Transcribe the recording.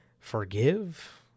forgive